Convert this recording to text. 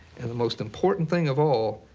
and the most important thing of all,